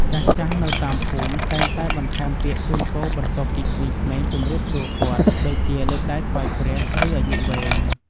ចាស់ៗនៅតាមភូមិ តែងតែបន្ថែមពាក្យជូនពរបន្ទាប់ពីក្មេងៗជំរាបសួរគាត់ ដូចជា លើកដៃថ្វាយព្រះ ឬ អាយុវែង។